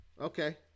Okay